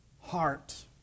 heart